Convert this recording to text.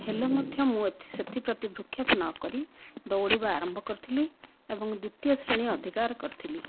ହେଲେ ମଧ୍ୟ ମୁଁ ସେଥିପ୍ରତି ଭ୍ରୂକ୍ଷେପ ନକରି ଦୌଡ଼ିବା ଆରମ୍ଭ କରିଥିଲି ଏବଂ ଦ୍ୱିତୀୟ ଶ୍ରେଣୀ ଅଧିକାର କରିଥିଲି